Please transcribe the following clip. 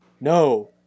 No